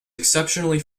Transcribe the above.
exceptionally